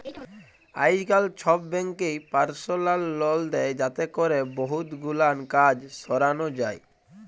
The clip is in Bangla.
আইজকাল ছব ব্যাংকই পারসলাল লল দেই যাতে ক্যরে বহুত গুলান কাজ সরানো যায়